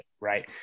right